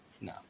No